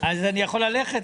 אני יכול ללכת?